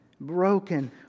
broken